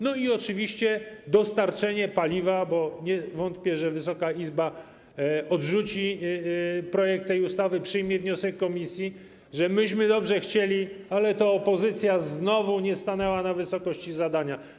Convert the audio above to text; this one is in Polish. No i oczywiście dostarczenie paliwa - bo nie wątpię, że Wysoka Izba odrzuci projekt tej ustawy, przyjmie wniosek komisji - że myśmy dobrze chcieli, ale to opozycja znowu nie stanęła na wysokości zadania.